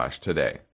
today